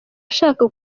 ashaka